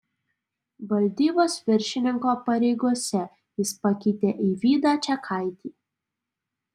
valdybos viršininko pareigose jis pakeitė eivydą čekaitį